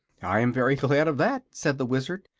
i am very glad of that, said the wizard,